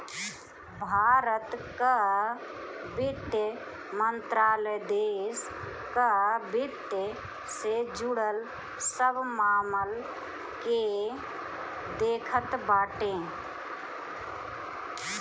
भारत कअ वित्त मंत्रालय देस कअ वित्त से जुड़ल सब मामल के देखत बाटे